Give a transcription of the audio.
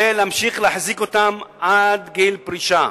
כדי להמשיך להחזיק אותם עד גיל פרישה.